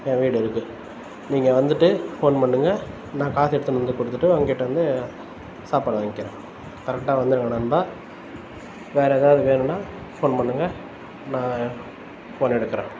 என் வீடு இருக்குது நீங்கள் வந்துட்டு ஃபோன் பண்ணுங்க நான் காசு எடுத்துன்னு வந்து கொடுத்துட்டு உங்கள் கிட்டேருந்து சாப்பாடு வாங்கிக்கிறேன் கரெக்டாக வந்துவிடுங்க நண்பா வேறு ஏதாவது வேணுன்னால் ஃபோன் பண்ணுங்க நான் ஃபோன் எடுக்கிறேன்